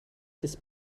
des